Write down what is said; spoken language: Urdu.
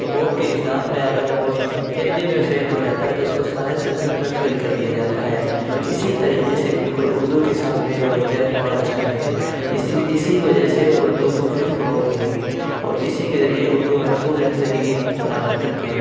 بورڈ کے اگزام میں اگر کوئی ہندی میں فیل ہو جاتا ہے تو اِس کو سارے سبجیکٹ میں فیل کر دیا جاتا ہے اسِی طریقے سے بالکل اُردو کے ساتھ بھی رویہ ہونا چاہیے اِسی اِسی وجہ سے اُردو کو پھر فروغ ملے گی اور اِسی کے ذریعے اُردو محفوظ رہ سکے گی قیامت تک کے